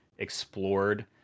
Explored